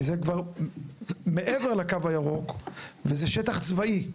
כי זה כבר מעבר לקו הירוק, וזה שטח צבאי,